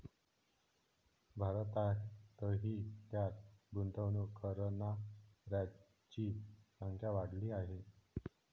भारतातही त्यात गुंतवणूक करणाऱ्यांची संख्या वाढली आहे